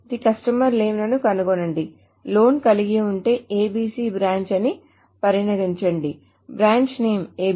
అన్ని కస్టమర్ల నేమ్ లను కనుగొనండి లోన్ కలిగి ఉంటే ABC బ్రాంచ్ అని పరిగణించండి బ్రాంచ్ నేమ్ ABC